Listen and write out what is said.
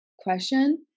Question